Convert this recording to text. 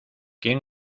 quién